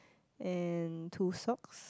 and two socks